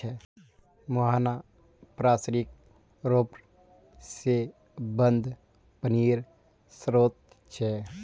मुहाना पार्श्विक र्रोप से बंद पानीर श्रोत छे